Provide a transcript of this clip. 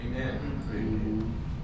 Amen